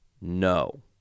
No